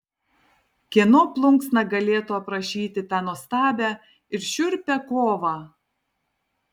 kieno plunksna galėtų aprašyti tą nuostabią ir šiurpią kovą